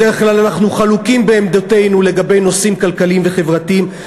בדרך כלל אנחנו חלוקים בעמדותינו לגבי נושאים כלכליים וחברתיים,